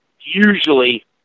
usually